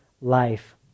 life